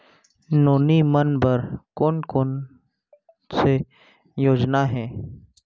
नोनी मन बर कोन कोन स योजना हे?